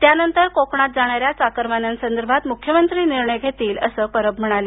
त्यानंतर कोकणात जाणाऱ्या चाकरमान्यांसंदर्भात मुख्यमंत्री निर्णय घेतील असं परब म्हणाले